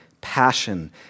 passion